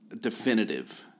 definitive